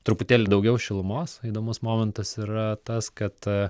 truputėlį daugiau šilumos įdomus momentas yra tas kad